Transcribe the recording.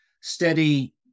steady